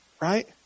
Right